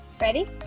Ready